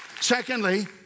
Secondly